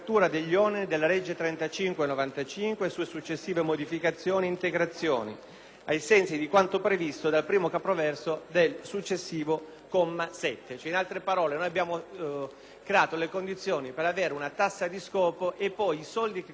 ai sensi di quanto previsto dal primo capoverso del successivo comma 7. In altre parole, abbiamo creato le condizioni per avere una tassa di scopo, ma le risorse che continuiamo a raccogliere e che abbiamo raccolto in passato non le utilizziamo per l'obiettivo che ci eravamo posti.